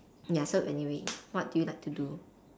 ya so anyway what do you like to do